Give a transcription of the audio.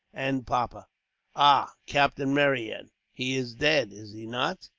and papa ah! captain marryat, he is dead, is he not?